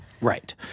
Right